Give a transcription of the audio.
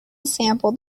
sampled